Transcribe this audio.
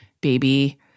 baby